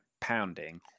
pounding